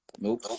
Nope